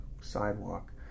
sidewalk